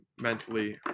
mentally